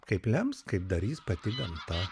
kaip lems kaip darys pati gamta